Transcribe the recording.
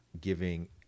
giving